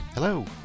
Hello